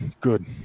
Good